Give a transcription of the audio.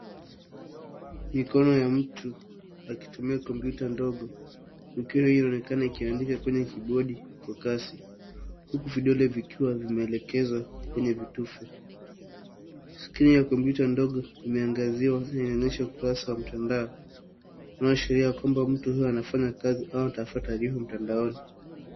Mikono ya mtu akitumia kompyuta ndogo. Mikono hiyo inaonekana ikiandika kwenye kibodi kwa kasi, huku vidole vikiwa vimeelekezwa kwenye vitufe. Skrini ya kompyuta ndogo imeangaziwa na inaonyesha ukurasa wa mtandao, unaoashiria ya kwamba mtu huyo anafanya kazi au anatafuta taarifa mtandaoni.